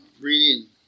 reading